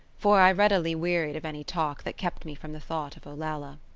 for i readily wearied of any talk that kept me from the thought of olalla.